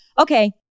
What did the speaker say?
okay